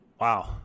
Wow